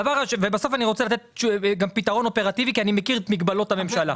בסוף אני רוצה לתת גם פתרון אופרטיבי כי אני מכיר את מגבלות הממשלה.